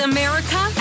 America